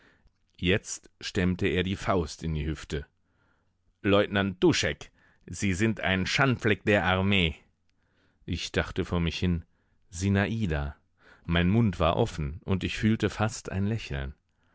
jetzt stemmte er die faust in die hüfte leutnant duschek sie sind ein schandfleck der armee ich dachte vor mich hin sinada mein mund war offen und ich fühlte fast ein lächeln